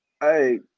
Hey